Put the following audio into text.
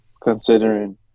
considering